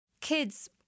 kids